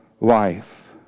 life